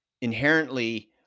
inherently